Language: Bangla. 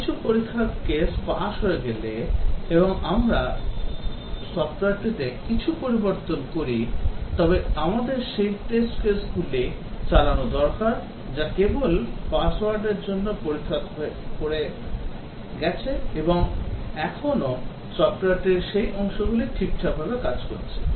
কিছু পরীক্ষার কেস পাস হয়ে গেলে এবং আমরা সফ্টওয়্যারটিতে কিছু পরিবর্তন করি তবে আমাদের সেই test case গুলি চালানো দরকার যা কেবল পাসওয়ার্ডের জন্য পরীক্ষা করে গেছে যে এখনও সফ্টওয়্যারটির সেই অংশগুলি ঠিকঠাক কাজ করছে